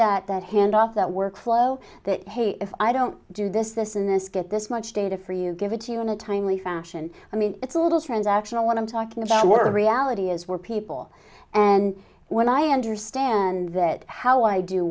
that that handoff that workflow that if i don't do this this and this get this much data for you give it to you in a timely fashion i mean it's a little transactional one i'm talking about what the reality is where people and when i understand that how i do